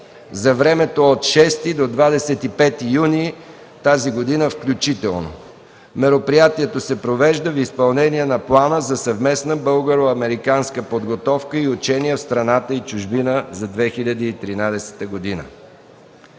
за времето от 6 до 25 юни 2013 г., включително. Мероприятието се провежда в изпълнение на Плана за съвместна българо-американска подготовка и учения в страната и чужбина за 2013 г.